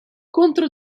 contro